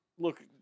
Look